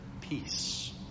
peace